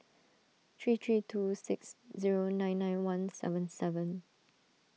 three three two six zero nine nine one seven seven